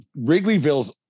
Wrigleyville's